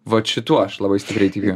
vat šituo aš labai stipriai tikiu